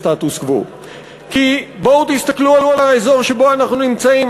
כי בואו תסתכלו על האזור שבו אנחנו נמצאים,